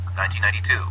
1992